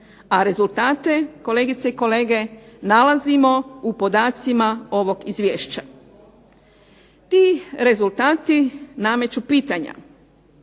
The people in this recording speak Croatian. a rezultate kolegice i kolege nalazimo u podacima ovog Izvješća. Ti rezultati nameću pitanja.